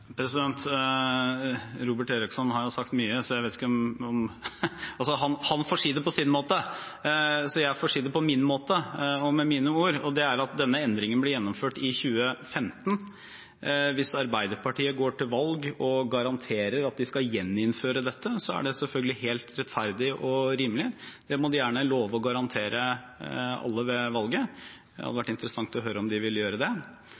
Robert Eriksson har sagt mye. Han får si det på sin måte, og jeg får si det på min måte og med mine ord, og det er at denne endringen ble gjennomført i 2015. Hvis Arbeiderpartiet går til valg på å garantere at vi skal gjeninnføre dette, er det selvfølgelig helt rettferdig og rimelig. Det må de gjerne love og garantere alle ved valget. Det hadde vært interessant å høre om de vil gjøre det.